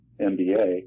MBA